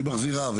שהיא מחזירה.